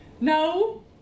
No